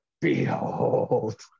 Behold